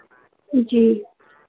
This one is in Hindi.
जी